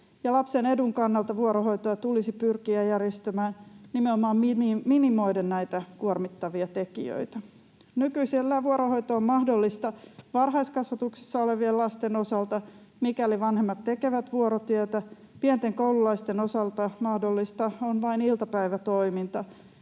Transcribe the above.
Lapsen edun kannalta vuorohoitoa tulisi pyrkiä järjestämään nimenomaan minimoiden näitä kuormittavia tekijöitä. Nykyisellään vuorohoito on mahdollista varhaiskasvatuksessa olevien lasten osalta, mikäli vanhemmat tekevät vuorotyötä. Pienten koululaisten osalta mahdollista on vain iltapäivätoiminta.